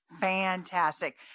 Fantastic